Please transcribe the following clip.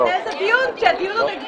הוא ניהל את הדיון, כשהדיון הוא נגדו.